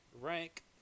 rank